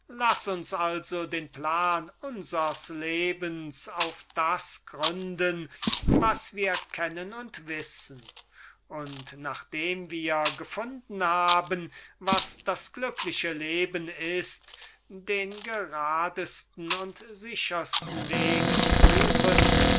laß uns also den plan unsers lebens auf das gründen was wir kennen und wissen und nachdem wir gefunden haben was das glückliche leben ist den geradesten und sichersten weg suchen